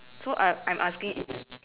so I'm I'm I asking if